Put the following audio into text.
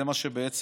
זה מה שסיכמנו.